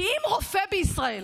כי אם רופא בישראל,